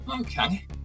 Okay